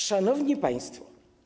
Szanowni Państwo!